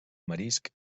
marisc